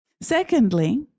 Secondly